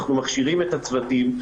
אנחנו מכשירים את הצוותים,